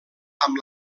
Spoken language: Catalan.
amb